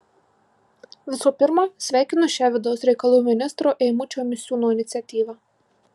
visų pirma sveikinu šią vidaus reikalų ministro eimučio misiūno iniciatyvą